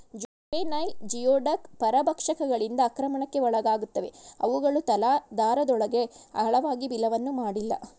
juvenile geoduck ಪರಭಕ್ಷಕಗಳಿಂದ ಆಕ್ರಮಣಕ್ಕೆ ಒಳಗಾಗುತ್ತವೆ ಅವುಗಳು ತಲಾಧಾರದೊಳಗೆ ಆಳವಾಗಿ ಬಿಲವನ್ನು ಮಾಡಿಲ್ಲ